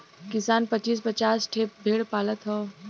किसान पचीस पचास ठे भेड़ पालत हौ